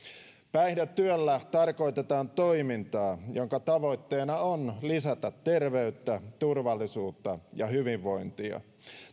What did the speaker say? päihdetyöllä tarkoitetaan toimintaa jonka tavoitteena on lisätä terveyttä turvallisuutta ja hyvinvointia tähän